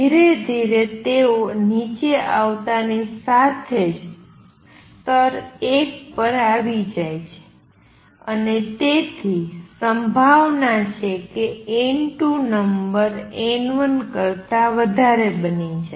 ધીરે ધીરે તેઓ નીચે આવતાંની સાથે જ સ્તર ૧ પર આવી જાય છે અને તેથી સંભાવના છે કે n3 નંબર n2 કરતા વધારે બની જાય